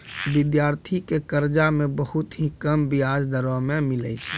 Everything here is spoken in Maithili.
विद्यार्थी के कर्जा मे बहुत ही कम बियाज दरों मे मिलै छै